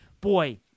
boy